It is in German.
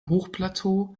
hochplateau